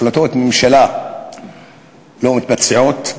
החלטות ממשלה לא מתבצעות,